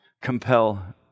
compel